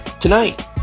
tonight